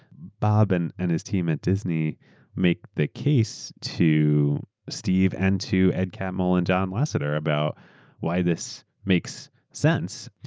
bob and and his team at disney make the case to steve, and to ed catmull, and john lasseter about why this makes sense.